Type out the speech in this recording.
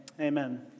Amen